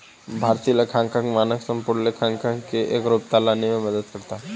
भारतीय लेखांकन मानक संपूर्ण लेखांकन में एकरूपता लाने में मदद करता है